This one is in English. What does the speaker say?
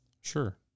Sure